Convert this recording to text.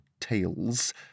tales